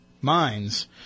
minds